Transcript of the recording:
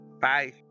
Bye